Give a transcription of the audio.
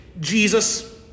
Jesus